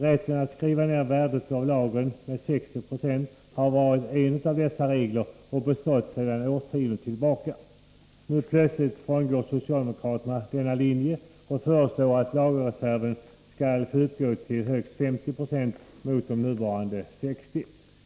Rätten att skriva ner värdet av lagren med 60 96 har varit en av dessa regler, och den har funnits sedan årtionden tillbaka. Nu plötsligt frångår socialdemokraterna denna linje och föreslår att lagerreserven skall få uppgå till högst 50 96 mot nuvarande 60 90.